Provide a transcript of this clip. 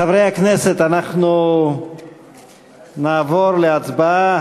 חברי הכנסת, אנחנו נעבור להצבעה.